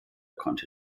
konnte